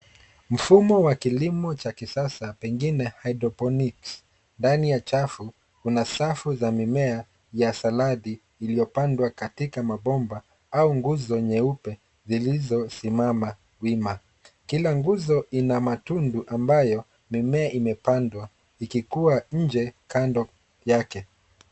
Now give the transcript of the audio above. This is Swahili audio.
Mfumo wa kilimo cha kisasa, pengine hydrophonics ndani ya chafu, una safu za mimea ya saladi, iliyopandwa katika mabomba ua nguzo nyeupe zilizosimama wima. Kila nguzo ina matundu ambayo mimea imepandwa, ikikua nje kando yake.